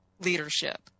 leadership